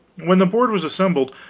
when the board was assembled,